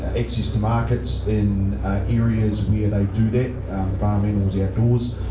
access to markets in areas where they do that farm animals yeah outdoors.